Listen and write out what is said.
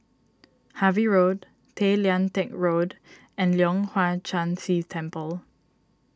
Harvey Road Tay Lian Teck Road and Leong Hwa Chan Si Temple